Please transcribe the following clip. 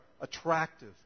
attractive